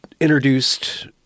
introduced